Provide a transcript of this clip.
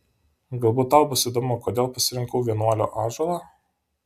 galbūt tau bus įdomu kodėl pasirinkau vienuolio ąžuolą